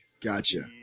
gotcha